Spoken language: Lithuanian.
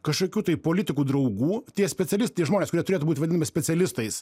kažkokių tai politikų draugų tie specialistai žmonės kurie turėtų būti vadinami specialistais